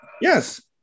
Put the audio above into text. yes